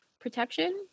protection